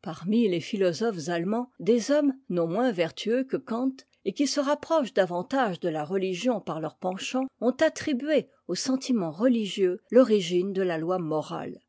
parmi les philosophes allemands des hommes non moins vertueux que kant et qui se rapprochent davantage de la religion par leurs penchants ont attribué au sentiment religieux l'origine de la loi morale